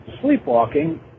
sleepwalking